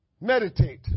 Meditate